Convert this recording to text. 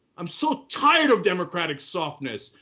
i'm so tired of democratic softness.